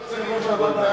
אם כן, רבותי,